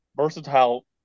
versatile